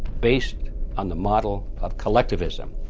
based on the model of collectivism.